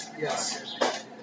Yes